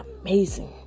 amazing